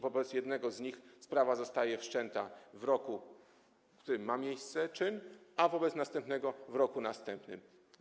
Wobec jednego z nich sprawa zostaje wszczęta w roku, w którym ma miejsce czyn, a wobec drugiego - w roku następnym.